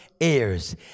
heirs